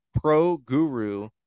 pro-guru